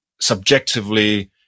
subjectively